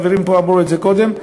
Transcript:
חברים פה אמרו את זה קודם,